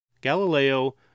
Galileo